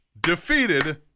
defeated